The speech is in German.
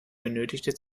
benötigte